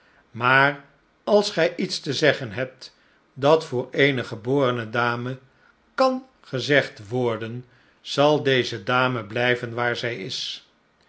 maar als gij iets te zeggen hebt dat voor eene geborene dame kan gezegd worden zal deze dame blijven waar zij is